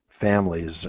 families